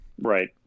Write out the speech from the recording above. Right